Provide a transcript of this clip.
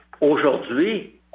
aujourd'hui